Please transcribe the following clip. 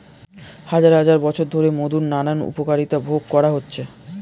হাজার হাজার বছর ধরে মধুর নানান উপকারিতা ভোগ করা হচ্ছে